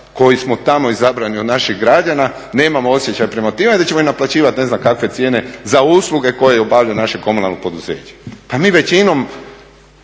koji smo tamo izabrani od naših građana nemamo osjećaj prema tome da ćemo im naplaćivati ne znam kakve cijene za usluge koje obavljaju naša komunalna poduzeća. Pa mi u većini